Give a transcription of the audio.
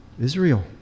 Israel